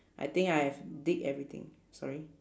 I think I have dig everything sorry